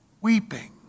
weeping